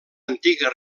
antiga